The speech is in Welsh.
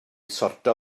sortio